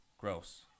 Gross